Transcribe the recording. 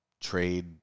trade